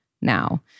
now